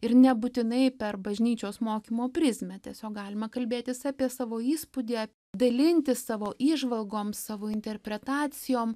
ir nebūtinai per bažnyčios mokymo prizmę tiesiog galima kalbėtis apie savo įspūdį dalintis savo įžvalgom savo interpretacijom